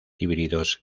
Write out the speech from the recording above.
híbridos